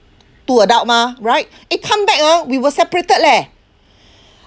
two adult mah right eh come back ah we were separated leh